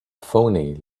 phoney